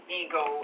ego